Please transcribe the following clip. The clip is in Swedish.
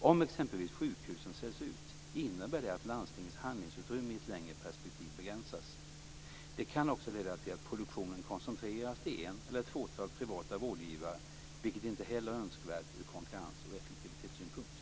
Om exempelvis sjukhusen säljs ut innebär det att landstingens handlingsutrymme i ett längre perspektiv begränsas. Det kan också leda till att produktionen koncentreras till en eller ett fåtal privata vårdgivare, vilket inte heller är önskvärt ur konkurrens och effektivitetssynpunkt.